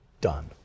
done